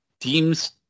teams